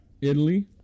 Italy